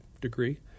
degree